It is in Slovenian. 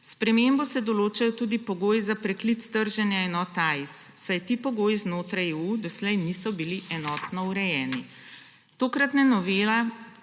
spremembo se določajo tudi pogoji za preklic trženja enot AIS, saj ti pogoji znotraj EU doslej niso bili enotno urejeni. Tokratna novela